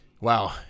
Wow